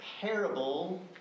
parable